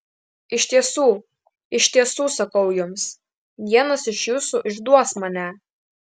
iš tiesų iš tiesų sakau jums vienas iš jūsų išduos mane